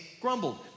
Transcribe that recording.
grumbled